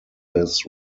this